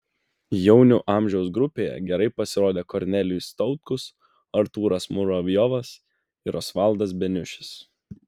jaunių amžiaus grupėje gerai pasirodė kornelijus tautkus artūras muravjovas ir osvaldas beniušis